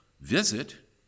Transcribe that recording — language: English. visit